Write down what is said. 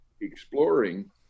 exploring